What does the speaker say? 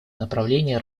направление